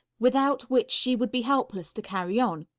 without which she would be helpless to carry on.